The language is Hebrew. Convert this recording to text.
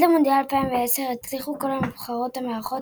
עד למונדיאל 2010 הצליחו כל הנבחרות המארחות